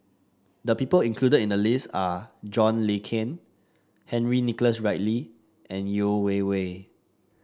the people included in the list are John Le Cain Henry Nicholas Ridley and Yeo Wei Wei